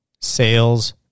Sales